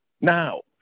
Now